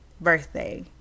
birthday